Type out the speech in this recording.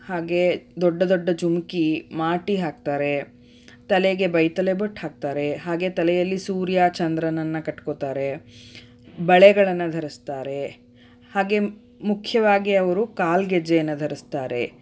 ಹಾಗೆ ದೊಡ್ಡ ದೊಡ್ಡ ಝುಮುಕಿ ಮಾಟಿ ಹಾಕ್ತಾರೆ ತಲೆಗೆ ಬೈತಲೆ ಬೊಟ್ಟು ಹಾಕ್ತಾರೆ ಹಾಗೆ ತಲೆಯಲ್ಲಿ ಸೂರ್ಯ ಚಂದ್ರನನ್ನು ಕಟ್ಕೊತಾರೆ ಬಳೆಗಳನ್ನು ಧರಿಸ್ತಾರೆ ಹಾಗೆ ಮುಖ್ಯವಾಗಿ ಅವರು ಕಾಲ್ಗೆಜ್ಜೆಯನ್ನು ಧರಿಸ್ತಾರೆ